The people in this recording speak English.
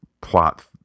plot